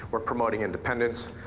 but promoting independence.